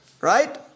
Right